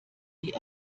die